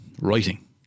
Writing